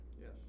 Yes